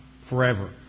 forever